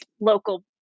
local